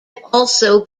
also